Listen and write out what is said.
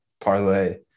parlay